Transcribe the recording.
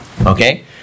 Okay